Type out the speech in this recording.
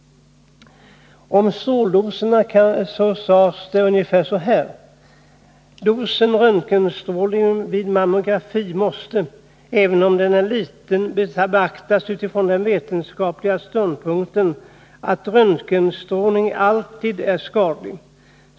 Om stråldoserna sades ungefär följande. Dosen röntgenstrålning vid mammografi måste, även om den är liten, beaktas utifrån den vetenskapliga ståndpunkten att röntgenstrålning alltid är skadlig.